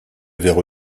avaient